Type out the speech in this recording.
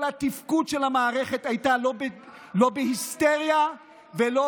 כל התפקוד של המערכת היה לא בהיסטריה ולא